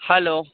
hello